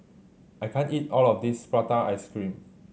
I can't eat all of this prata ice cream